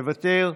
מוותר,